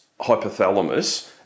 hypothalamus